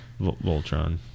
Voltron